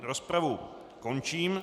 Rozpravu končím.